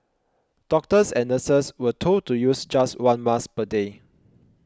doctors and nurses were told to use just one mask per day